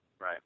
Right